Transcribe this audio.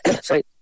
sorry